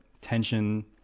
tension